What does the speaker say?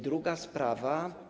Druga sprawa.